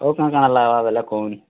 ଆଉ କା'ଣା କା'ଣା ଲାଗ୍ବା ବେଲେ କହୁନ୍